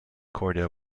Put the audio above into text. korda